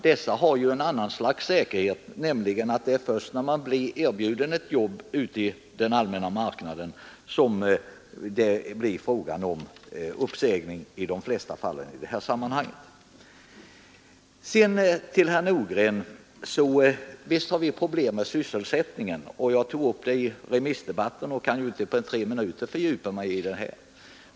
Dessa har ju ett annat slags säkerhet, nämligen att det i de flesta fall är först när vederbörande erbjuds arbete på den allmänna marknaden som det blir fråga om uppsägning. Visst har vi problem med sysselsättningen, herr Nordgren! Jag tog upp detta i remissdebatten och kan ju inte på tre minuter fördjupa mig särskilt mycket i ämnet.